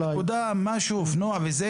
אם לא תחנה, נקודה, משהו, אופנוע וכו'.